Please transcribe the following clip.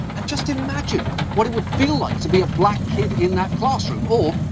and just imagine what it would feel like to be a black kid in that classroom. or,